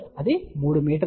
అది 3 మీటర్లు